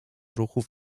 ruchów